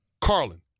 Carlin